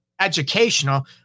educational